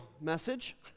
message